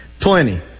plenty